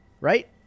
Right